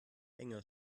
enger